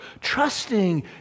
trusting